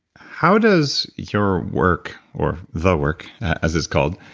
how does your work, or the work, as it's called,